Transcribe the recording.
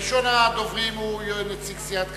ראשון הדוברים הוא נציג סיעת קדימה,